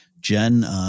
Jen